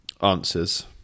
answers